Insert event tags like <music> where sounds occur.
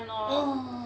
<noise>